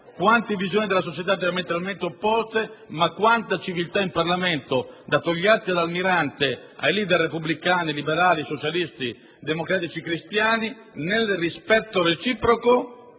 quante visioni della società diametralmente opposte, ma quanta civiltà in Parlamento, da Togliatti ad Almirante, ai *leader* repubblicani, liberali, socialisti, democratici cristiani, nel rispetto reciproco,